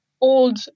old